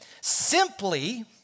simply